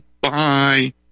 Bye